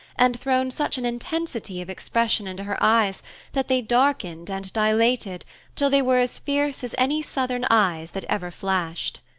and thrown such an intensity of expression into her eyes that they darkened and dilated till they were as fierce as any southern eyes that ever flashed.